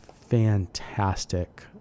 fantastic